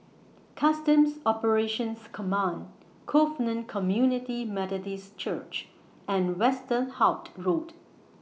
Customs Operations Command Covenant Community Methodist Church and Westerhout Road